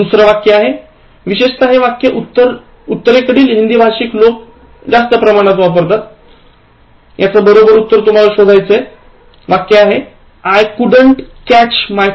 दुसरं वाक्य विशेषतः हे वाक्य उत्तरेकडील हिंदीभाषिक लोक म्हणतात याच बरोबर उत्तर शोधा I couldn't catch my teacher's English at all